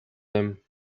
them